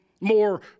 more